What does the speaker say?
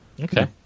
Okay